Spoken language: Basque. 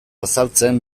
azaltzen